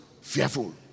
fearful